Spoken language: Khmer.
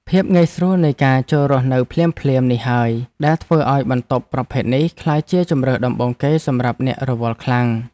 ភាពងាយស្រួលនៃការចូលរស់នៅភ្លាមៗនេះហើយដែលធ្វើឱ្យបន្ទប់ប្រភេទនេះក្លាយជាជម្រើសដំបូងគេសម្រាប់អ្នករវល់ខ្លាំង។